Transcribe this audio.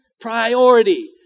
priority